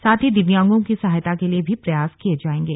साथ ही दिव्यांगों की सहायता के लिए भी प्रयास किये जाएंगे